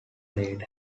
played